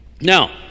Now